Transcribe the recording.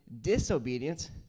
disobedience